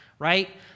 right